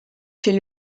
fait